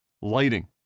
Lighting